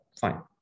fine